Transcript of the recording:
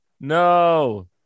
no